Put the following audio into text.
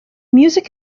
music